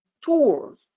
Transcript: tour